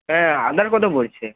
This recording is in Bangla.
হ্যাঁ আদার কত পড়ছে